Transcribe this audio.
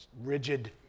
rigid